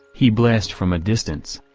he blessed from a distance.